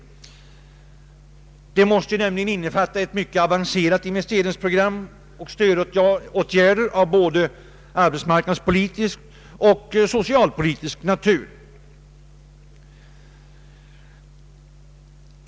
Den måste nämligen innefatta ett mycket avancerat investeringsprogram och stödåtgärder av både arbetsmarknadspolitisk och socialpolitisk natur.